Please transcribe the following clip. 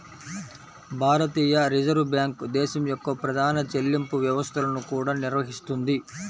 భారతీయ reserve bank దేశం యొక్క ప్రధాన చెల్లింపు వ్యవస్థలను కూడా నిర్వహిస్తుంది